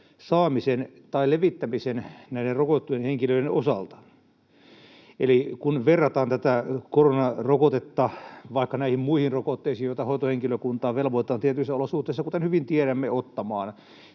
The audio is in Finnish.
saamisen tai levittämisen näiden rokotettujen henkilöiden osalta. Kun verrataan tätä koronarokotetta vaikka näihin muihin rokotteisiin, joita hoitohenkilökuntaa velvoitetaan tietyissä olosuhteissa, kuten hyvin tiedämme, ottamaan,